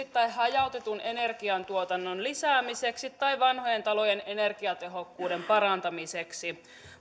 tai hajautetun energiantuotannon lisäämiseksi tai vanhojen talojen energiatehokkuuden parantamiseksi